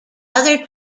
other